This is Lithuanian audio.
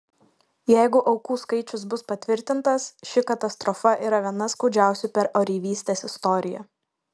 jeigu aukų skaičius bus patvirtintas ši katastrofa yra viena skaudžiausių per oreivystės istoriją